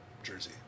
jersey